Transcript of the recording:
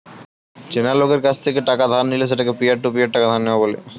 চেনা লোকের কাছ থেকে টাকা ধার নিলে সেটাকে পিয়ার টু পিয়ার টাকা ধার নেওয়া বলে